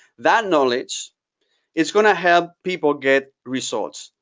that knowledge is going to help people get results.